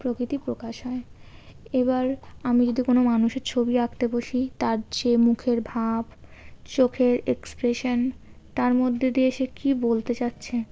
প্রকৃতি প্রকাশ হয় এবার আমি যদি কোনও মানুষের ছবি আঁকতে বসি তার যে মুখের ভাব চোখের এক্সপ্রেশন তার মধ্যে দিয়ে সে কী বলতে চাচ্ছে